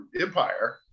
empire